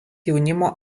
jaunimo